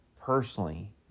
personally